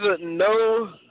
no